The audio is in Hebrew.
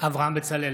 אברהם בצלאל,